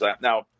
Now